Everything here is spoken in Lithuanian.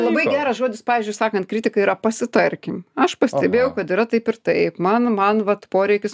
labai geras žodis pavyzdžiui sakant kritika yra pasitarkim aš pastebėjau kad yra taip ir taip man man vat poreikis